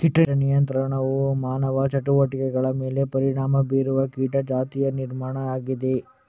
ಕೀಟ ನಿಯಂತ್ರಣವು ಮಾನವ ಚಟುವಟಿಕೆಗಳ ಮೇಲೆ ಪರಿಣಾಮ ಬೀರುವ ಕೀಟ ಜಾತಿಯ ನಿರ್ವಹಣೆಯಾಗಿದೆ